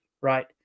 right